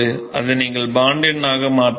அதை நீங்கள் பாண்ட் எண்ணாக மாற்றலாம்